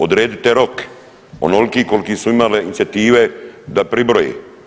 Odredite rok onoliki koliki su imale inicijative da pribroje.